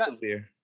beer